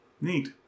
neat